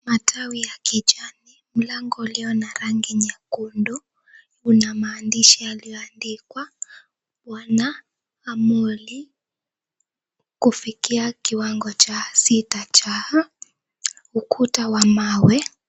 Matawi ya kijani. Mlango uliyo na rangi nyekundu. Una maandishi yaliyoandikwa ;Bwana Emoli, kufikia kiwango cha sita C, ukuta wa mawe.